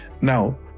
Now